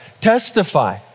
testify